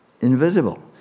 Invisible